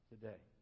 Today